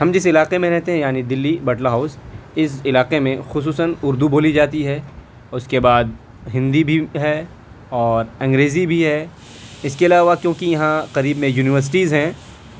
ہم جس علاقے میں رہتے ہیں یعنی دلی بٹلہ ہاؤس اس علاقے میں خصوصاََ اردو بولی جاتی ہے اس کے بعد ہندی بھی ہے اور انگریزی بھی ہے اس کے علاوہ کیونکہ یہاں قریب میں یونیورسٹیز ہیں